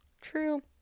true